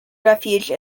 refuge